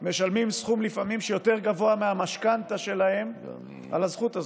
משלמים סכום שהוא לפעמים יותר גבוה מהמשכנתה שלהם על הזכות הזאת.